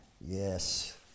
Yes